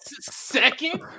Second